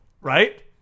right